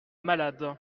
malade